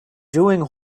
doing